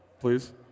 Please